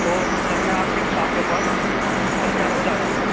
تو سر میں آپ کے آپ کے پاس کل چار بجے آ جاؤں گا